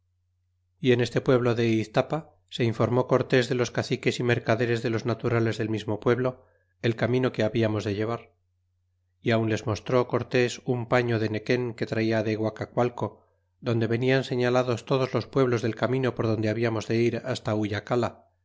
y en este pueblo de eztapa se informó cortés de los caciques y mercaderes de los naturales del mismo pueblo el camino que hablamos de llevar y aun les mostró cortés un paño de nequen que trala de guacacualco donde venian señalados todos los pueblos del camino por donde hablamos de ir hasta